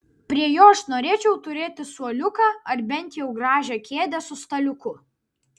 prie jo aš norėčiau turėti suoliuką ar bent jau gražią kėdę su staliuku